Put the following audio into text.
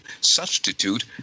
substitute